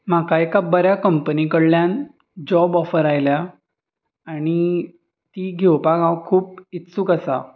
म्हाका एका बऱ्या कंपनी कडल्यान जॉब ऑफर आयल्या आनी ती घेवपाक हांव खूब इत्सूक आसा